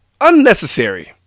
unnecessary